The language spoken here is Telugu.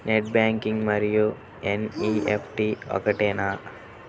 నెట్ బ్యాంకింగ్ మరియు ఎన్.ఈ.ఎఫ్.టీ ఒకటేనా?